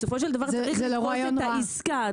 בסופו של דבר צריך לתפוס את העסקה.